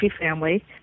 Family